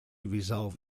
resolve